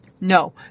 No